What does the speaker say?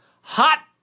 hot